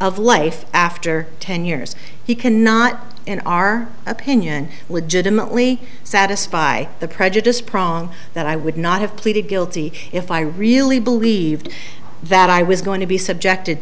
of life after ten years he cannot in our opinion legitimately satisfy the prejudiced prong that i would not have pleaded guilty if i really believed that i was going to be subjected